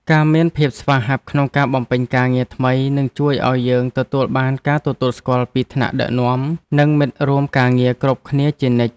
ការមានភាពស្វាហាប់ក្នុងការបំពេញការងារថ្មីនឹងជួយឱ្យយើងទទួលបានការទទួលស្គាល់ពីថ្នាក់ដឹកនាំនិងមិត្តរួមការងារគ្រប់គ្នាជានិច្ច។